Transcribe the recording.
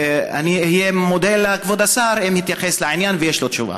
אודה לכבוד השר אם יתייחס לעניין, ויש לו תשובה.